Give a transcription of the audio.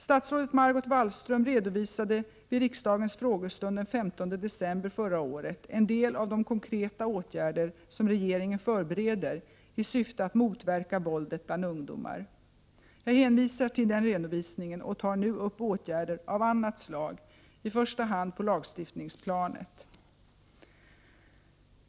Statsrådet Margot Wallström redovisade vid riksdagens frågestund den 15 december föra året en del av de konkreta åtgärder som regeringen förbereder i syfte att motverka våldet bland ungdomar. Jag hänvisar till den redovishingen och tar nu upp åtgärder av annat slag, i första hand på lagstiftningsplanet.